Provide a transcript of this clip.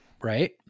Right